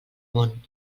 món